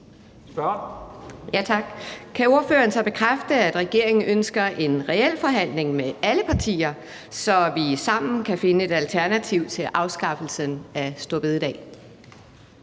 Kan ordføreren så bekræfte, at regeringen ønsker en reel forhandling med alle partier, så vi sammen kan finde et alternativ til afskaffelsen af store bededag?